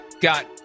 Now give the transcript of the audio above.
got